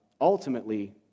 ultimately